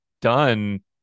done